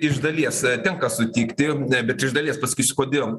iš dalies tenka sutikti bet iš dalies pasakysiu kodėl